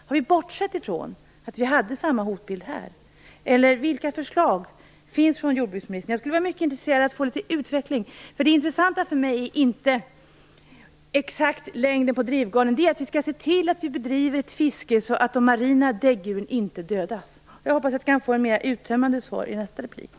Har vi bortsett från att vi hade samma hotbild här? Vilka förslag finns från jordbruksministern? Det skulle vara mycket intressant att få det här litet utvecklat. Det intressanta för mig är inte den exakta längden på drivgarn, utan att vi skall se till att bedriva ett fiske som inte leder till att de marina däggdjuren dödas. Jag hoppas att jag kan få ett mer uttömmande svar i nästa inlägg.